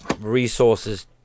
resources